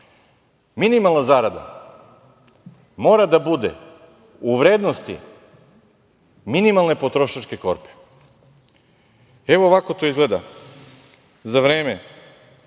minimalna zarada mora da bude u vrednosti minimalne potrošačke korpe. Evo, ovako to izgleda za vreme